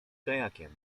kajakiem